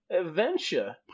adventure